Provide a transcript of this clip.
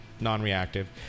non-reactive